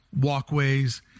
walkways